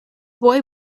boy